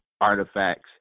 artifacts